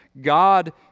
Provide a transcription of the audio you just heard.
God